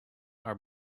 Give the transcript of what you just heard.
are